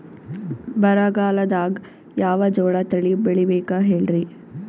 ಬರಗಾಲದಾಗ್ ಯಾವ ಜೋಳ ತಳಿ ಬೆಳಿಬೇಕ ಹೇಳ್ರಿ?